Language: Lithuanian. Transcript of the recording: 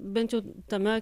bent jau tame